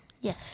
Yes